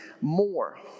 more